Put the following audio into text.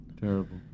Terrible